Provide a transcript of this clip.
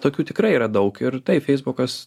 tokių tikrai yra daug ir taip feisbukas